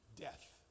death